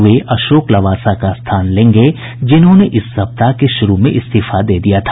वे अशाोक ल्वासा का स्थान लेंगे जिन्होंने इस सप्ताह के शुरू में इस्तीफा दे दिया था